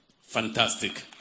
Fantastic